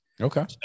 Okay